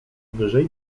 wyżej